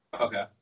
okay